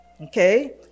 Okay